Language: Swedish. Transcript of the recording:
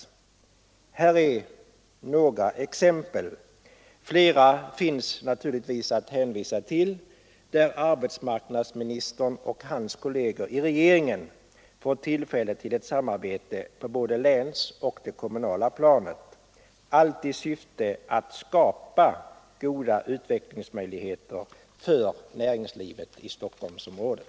Det här är några exempel — flera finns naturligtvis att hänvisa till — där arbetsmarknadsministern och hans kolleger i regeringen får tillfälle till ett samarbete på både länsoch kommunalplanet; allt i syfte att skapa goda utvecklingsmöjligheter för näringslivet i Stockholmsområdet.